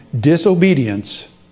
Disobedience